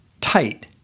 tight